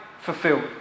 fulfilled